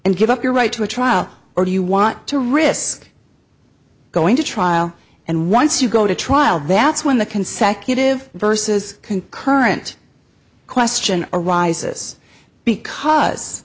and give up your right to a trial or do you want to risk going to trial and once you go to trial that's when the consecutive vs concurrent question arises because